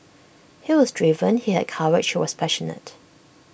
he was driven he had courage he was passionate